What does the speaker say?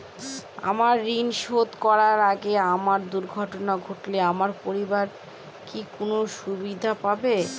আমার ঋণ শোধ করার আগে আমার দুর্ঘটনা ঘটলে আমার পরিবার কি কোনো সুবিধে পাবে?